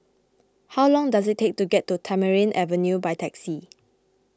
how long does it take to get to Tamarind Avenue by taxi